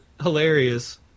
hilarious